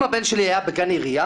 אם הבן שלי היה בגן עירייה